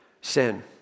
sin